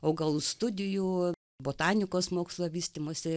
augalų studijų botanikos mokslo vystymosi